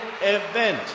event